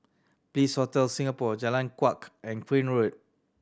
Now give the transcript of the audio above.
Bliss Hotel Singapore Jalan Kuak and Crane Road